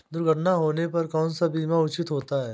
दुर्घटना होने पर कौन सा बीमा उचित होता है?